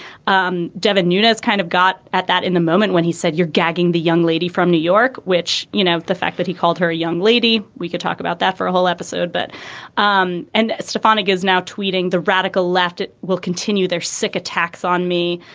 um devin nunes kind of got at that in a moment when he said, you're gagging the young lady from new york, which, you know, the fact that he called her a young lady, we could talk about that for a whole episode. but um and stefanik is now tweeting the radical left. it will continue their sick attacks on me.